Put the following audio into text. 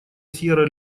сьерра